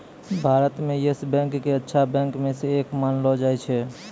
भारत म yes bank क अच्छा बैंक म स एक मानलो जाय छै